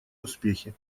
успехи